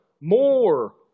more